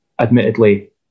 admittedly